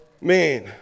Man